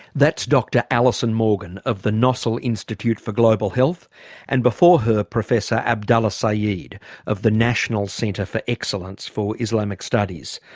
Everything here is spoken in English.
that's dr alison morgan of the nossal institute for global health and before her professor abdullah saeed of the national centre for excellence for islamic studies,